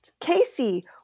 Casey